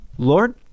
Lord